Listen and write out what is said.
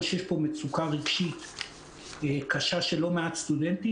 שיש פה מצוקה רגשית קשה של לא מעט סטודנטים,